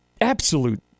absolute